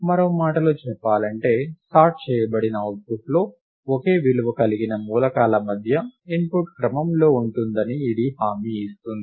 మరో మాటలో చెప్పాలంటే సార్ట్ చేయబడిన అవుట్పుట్లో ఒకే విలువ కలిగిన మూలకాల మధ్య ఇన్పుట్ క్రమంలో ఉంటుందని ఇది హామీ ఇస్తుంది